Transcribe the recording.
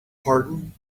pardon